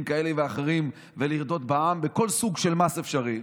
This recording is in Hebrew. כאלה ואחרים ורודה בעם בכל סוג של מס אפשרי,